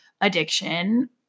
addiction